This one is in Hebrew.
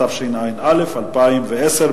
התשע"א 2010,